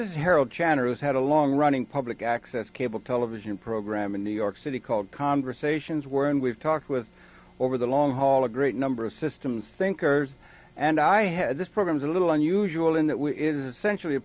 this harold channel has had a long running public access cable television program in new york city called conversations where and we've talked with over the long haul a great number of systems thinkers and i had this program is a little unusual in that we essentially a